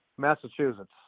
Massachusetts